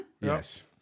Yes